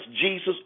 Jesus